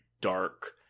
dark